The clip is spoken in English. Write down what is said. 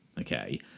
Okay